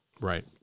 Right